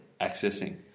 Accessing